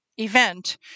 event